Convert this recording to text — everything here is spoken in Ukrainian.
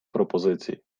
пропозицій